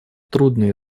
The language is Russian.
трудные